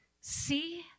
See